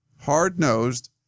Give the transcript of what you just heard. Hard-nosed